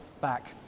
back